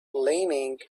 linen